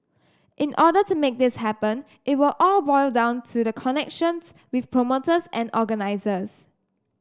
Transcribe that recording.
in order to make this happen it will all boil down to the connections with promoters and organisers